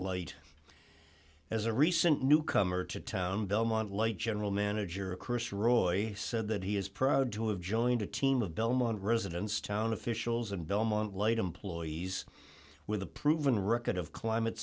late as a recent newcomer to town belmont lite general manager chris roy said that he is proud to have joined a team of belmont residents town officials and belmont light employees with a proven record of climate